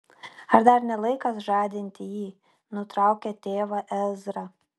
ar dar ne laikas žadinti jį nutraukė tėvą ezra